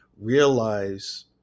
realize